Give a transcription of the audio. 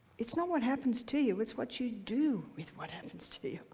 it's not what happens to you it's what you do with what happens to you.